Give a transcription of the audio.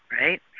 right